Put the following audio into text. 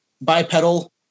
bipedal